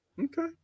Okay